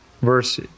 Verse